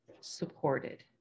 supported